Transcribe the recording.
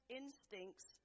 instincts